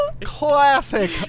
Classic